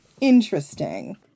Interesting